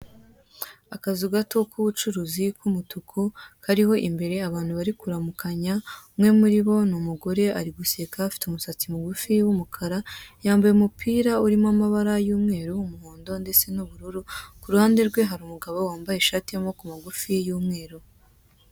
Akazu gato k'ubucuruzi k'umutuku kariho imbere abantu bari kuramukanya, umwe muri bo ni umugore ari guseka, afite musatsi mugufi w'umukara yambaye umupira urimo amabara y'umweru, umuhondo ndetse n'ubururu ku ruhande rwe hari umgabo wambaye ishati y'amaboko magufi y'umweru.